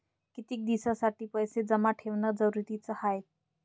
कितीक दिसासाठी पैसे जमा ठेवणं जरुरीच हाय?